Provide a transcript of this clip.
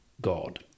God